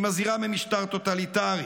שהיא מזהירה ממשטר טוטליטרי.